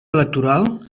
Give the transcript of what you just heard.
electoral